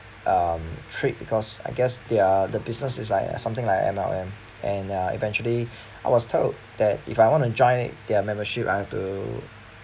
um treat because I guess they're the business is like something like M_L_M and uh eventually I was told that if I want to join their membership I have to